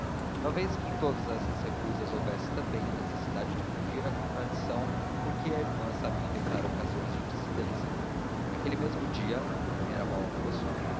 talvez que em todas essas recusas houvesse também a necessidade de fugir à contradição porque a irmã sabia inventar ocasiões de dissidência naquele mesmo dia era